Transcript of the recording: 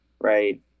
right